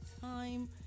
time